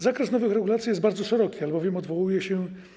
Zakres nowych regulacji jest bardzo szeroki, albowiem odwołuje się.